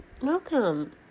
welcome